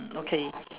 okay